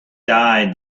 died